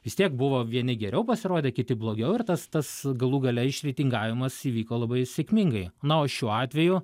vis tiek buvo vieni geriau pasirodė kiti blogiau ir tas tas galų gale išreitingavimas įvyko labai sėkmingai na o šiuo atveju